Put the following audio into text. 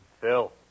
Phil